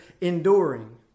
enduring